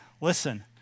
listen